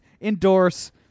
endorse